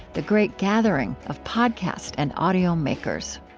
the great gathering of podcast and audio makers